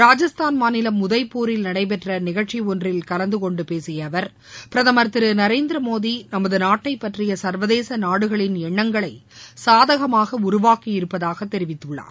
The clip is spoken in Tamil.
ராஜஸ்தான் மாநிலம் உதய்பூரில் நடைபெற்ற நிகழ்ச்சி ஒன்றில் கலந்து கொண்டு பேசிய அவர் பிரதமர் திரு நரேந்திர மோடி நமது நாட்டை பற்றிய சர்வதேச நாடுகளின் எண்ணங்களை சாதகமாக உருவாக்கியிருப்பதாக தெரிவித்துள்ளார்